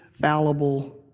fallible